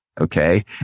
okay